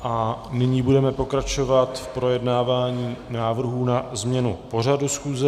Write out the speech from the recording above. A nyní budeme pokračovat v projednávání návrhů na změnu pořadu schůze.